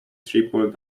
triple